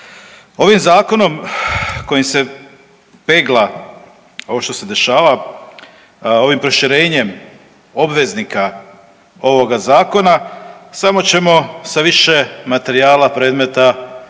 Ovim zakonom kojim se pegla ovo što se dešava, ovim proširenjem obveznika ovoga zakona samo ćemo sa više materijala predmeta